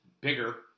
bigger